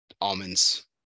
almonds